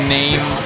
name